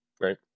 Right